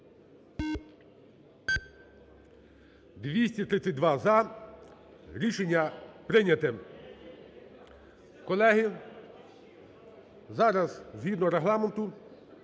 За-232 Рішення прийнято. Колеги, зараз згідно Регламенту